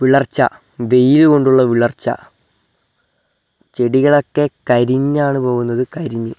വിളർച്ച വെയില്കൊണ്ടുള്ള വിളർച്ച ചെടികളൊക്കെ കരിഞ്ഞാണു പോകുന്നത് കരിഞ്ഞ്